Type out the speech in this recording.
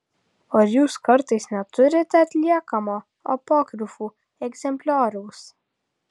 ar jūs kartais neturite atliekamo apokrifų egzemplioriaus